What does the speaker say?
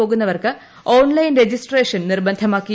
പോകുന്നവർക്ക് online registration നിർബന്ധമാക്കി